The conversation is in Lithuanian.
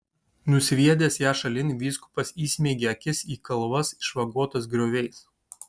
nusviedęs ją šalin vyskupas įsmeigė akis į kalvas išvagotas grioviais